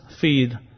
feed